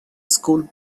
school